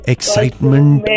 Excitement